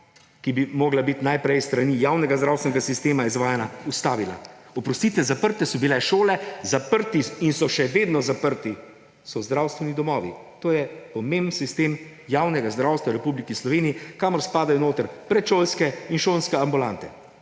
ki bi mogla biti najprej s strani javnega zdravstvenega sistema izvajana, ustavila. Oprostite, zaprte so bile šole, zaprti so bili in so še vedno zaprti so zdravstveni domovi! To je pomemben sistem javnega zdravstva v Republiki Sloveniji, kamor spadajo predšolske in šolska ambulante,